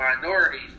minorities